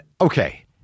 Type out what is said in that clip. Okay